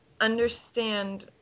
understand